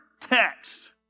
text